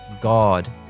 God